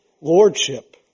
Lordship